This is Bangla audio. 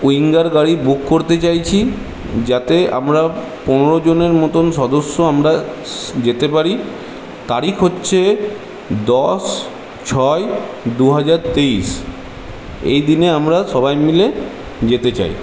উইঙ্গার গাড়ি বুক করতে চাইছি যাতে আমরা পনেরো জনের মতন সদস্য আমরা যেতে পারি তারিখ হচ্ছে দশ ছয় দুহাজার তেইশ এই দিনে আমরা সবাই মিলে যেতে চাই